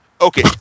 Okay